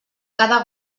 cada